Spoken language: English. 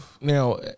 Now